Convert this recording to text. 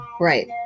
right